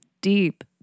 Deep